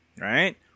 right